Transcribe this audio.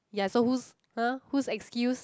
ya so whose [huh] whose excuse